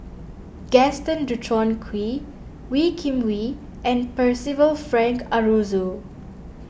Gaston Dutronquoy Wee Kim Wee and Percival Frank Aroozoo